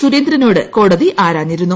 സുരേന്ദ്രനോട് കോടതി ആരാഞ്ഞിരുന്നു